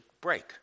break